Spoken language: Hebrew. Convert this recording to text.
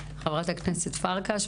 חברת הכנסת פרקש,